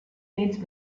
nits